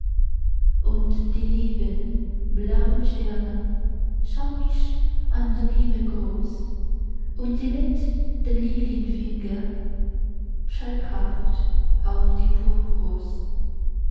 und die lieben blauen sterne schaun mich an so himmelgroß und sie legt den lilienfinger schalkhaft auf die